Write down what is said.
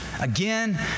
Again